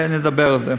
ונדבר על זה.